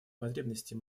потребностей